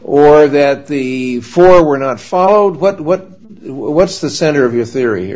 or that the four were not followed but what what's the center of your theory